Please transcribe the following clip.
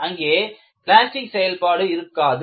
அங்கே பிளாஸ்டிக் செயல்பாடு இருக்காது